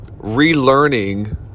relearning